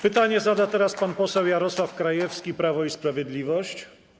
Pytanie zada teraz pan poseł Jarosław Krajewski, Prawo i Sprawiedliwość.